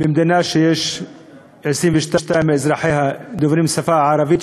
במדינה ש-22% מאזרחיה הם דוברי השפה הערבית,